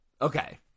Okay